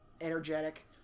energetic